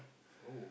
oh